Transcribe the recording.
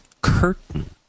curtain